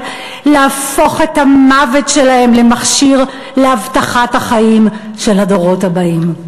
להפוך את המוות שלהם למכשיר להבטחת החיים של הדורות הבאים.